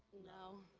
no.